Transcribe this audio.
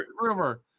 rumor